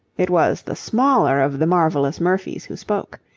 it was the smaller of the marvellous murphys who spoke.